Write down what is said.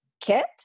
kit